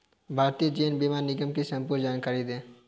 भारतीय जीवन बीमा निगम की संपूर्ण जानकारी दें?